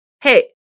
Hey